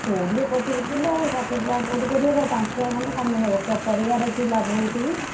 କୋଡ଼ିଏ ପଚିଶ କିଲୋ ଆଉ ଷାଠିଏ ଟଙ୍କା କେଉଁଠୁ କରିହେବ ପାଞ୍ଚ ଟଙ୍କା ଖଣ୍ଡେ କମାଇହେବ ପରିବାରେ କି ଲାଭ ହେଉଛି କି